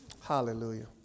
Hallelujah